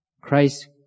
Christ